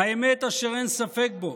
"האמת אשר אין ספק בו,